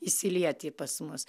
įsilieti pas mus